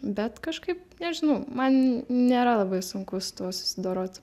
bet kažkaip nežinau man nėra labai sunku su tuo susidoroti